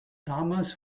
damals